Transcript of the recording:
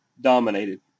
dominated